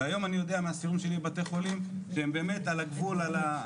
והיום אני יודע מהניסיון שלי עם בתי חולים שהם באמת על הגבול האדום,